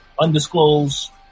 Undisclosed